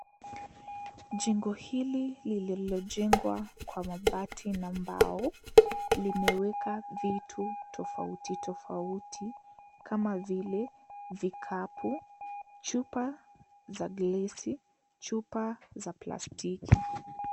Jengo hili lililojengwa kwa mabati na mbao limeweka vitu tofauti tofauti kama vile vikapu, chupa za glesi, chupa za plastiki.